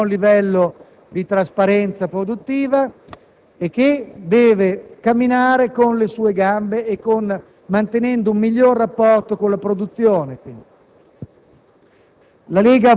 non ha raggiunto un buon livello di trasparenza produttiva e che deve camminare con le sue gambe mantenendo un migliore rapporto con la produzione.